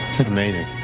Amazing